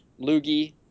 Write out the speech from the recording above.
loogie